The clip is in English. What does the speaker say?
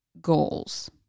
goals